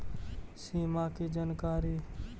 सिमा कि जानकारी?